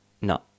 No